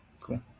Cool